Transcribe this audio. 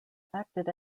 acted